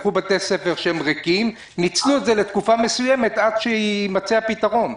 לקחו בתי ספר ריקים וניצלו את זה לתקופה מסוימת עד שיימצא הפתרון.